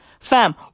Fam